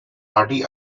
hardy